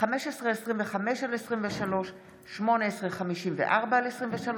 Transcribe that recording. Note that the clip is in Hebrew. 1525/23 ו-1854/23,